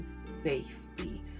safety